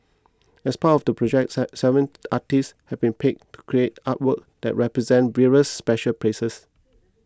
as part of the project seven artists have been picked to create artworks that represent various special places